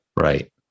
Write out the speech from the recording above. Right